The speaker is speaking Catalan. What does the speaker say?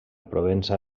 provença